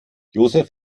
josef